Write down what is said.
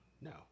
no